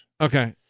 Okay